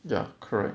ya correct